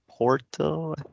Porto